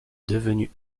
devenu